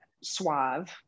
suave